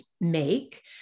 make